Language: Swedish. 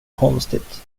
konstigt